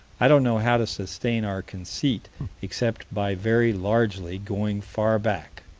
i don't know how to sustain our conceit except by very largely going far back.